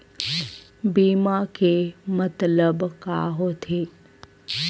बीमा के मतलब का होथे?